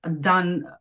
done